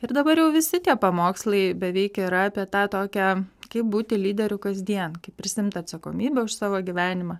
ir dabar jau visi tie pamokslai beveik yra apie tą tokią kaip būti lyderiu kasdien kaip prisiimti atsakomybę už savo gyvenimą